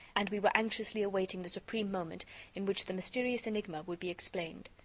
and we were anxiously awaiting the supreme moment in which the mysterious enigma would be explained.